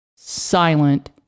Silent